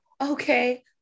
okay